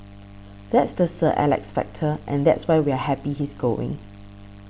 that's the Sir Alex factor and that's why we're happy he's going